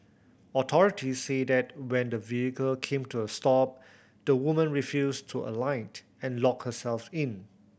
authorities said that when the vehicle came to a stop the woman refused to alight and locked herself in